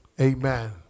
amen